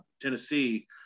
Tennessee